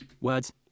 Words